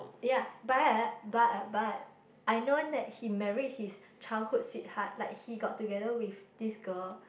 ya but but but I known that he married his childhood sweet heart like he got together with this girl